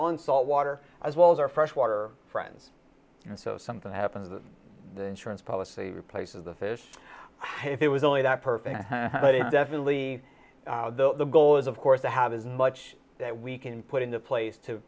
on salt water as well as our freshwater friends so something happens the insurance policy replaces the fish if it was only that perfect but definitely the goal is of course to have as much that we can put into place to